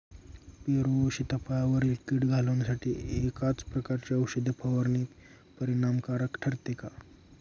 पेरू व सीताफळावरील कीड घालवण्यासाठी एकाच प्रकारची औषध फवारणी परिणामकारक ठरते का?